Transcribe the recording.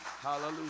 Hallelujah